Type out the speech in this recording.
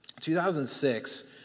2006